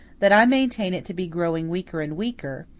that i maintain it to be growing weaker and weaker,